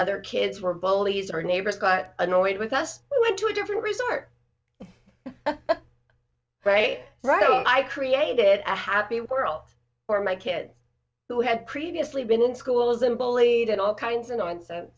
other kids were bullies our neighbors got annoyed with us we went to a different resort right right i created a happy world for my kids who had previously been in schools and bullied and all kinds